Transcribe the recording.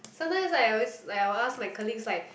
sometimes I always like I will ask my colleagues like